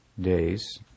days